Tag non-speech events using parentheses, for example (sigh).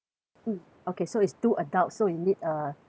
mm okay so it's two adults so you need a (breath)